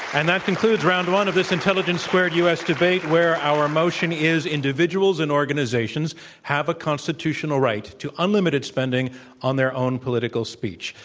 and that concludes round one of this intelligence squared u. s. debate where our motion is, individuals and organizations have a institutional right to unlimited spending on their own political speech.